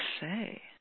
say